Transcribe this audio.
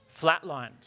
flatlined